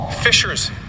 Fishers